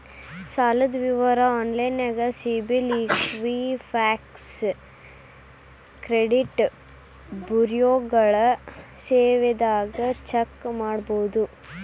ಸಾಲದ್ ವಿವರ ಆನ್ಲೈನ್ಯಾಗ ಸಿಬಿಲ್ ಇಕ್ವಿಫ್ಯಾಕ್ಸ್ ಕ್ರೆಡಿಟ್ ಬ್ಯುರೋಗಳ ಸೇವೆದಾಗ ಚೆಕ್ ಮಾಡಬೋದು